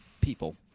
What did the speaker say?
people